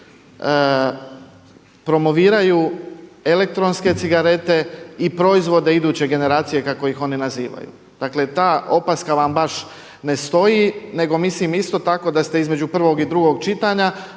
promoviraju elektronske cigarete i proizvode iduće generacije kako ih oni nazivaju. Dakle ta opaska vam baš ne stoji, nego mislim isto tako da ste između prvog i drugog čitanja